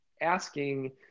asking